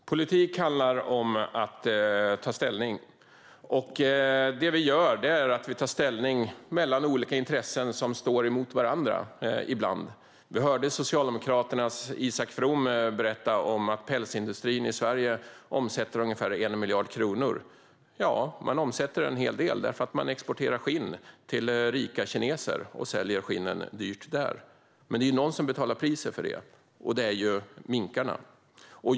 Fru talman! Politik handlar om att ta ställning. Det vi gör är att ta ställning för olika intressen som ibland står mot varandra. Vi hörde Socialdemokraternas Isak From berätta att pälsindustrin i Sverige omsätter ungefär 1 miljard kronor. Ja, man omsätter en hel del eftersom man exporterar skinn till rika kineser - man säljer skinnen dyrt där. Men det är någon som betalar priset för det, och det är minkarna.